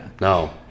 no